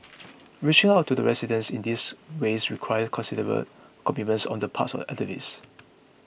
reaching out to the residents in these ways requires considerable commitment on the part of activists